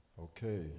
okay